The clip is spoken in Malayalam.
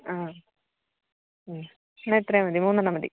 ആഹ് എന്നാൽ ഇത്രയും മതി മൂന്നെണ്ണം മതി